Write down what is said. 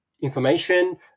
information